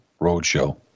Roadshow